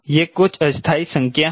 ये कुछ अस्थायी संख्या हैं